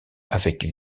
avec